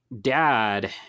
dad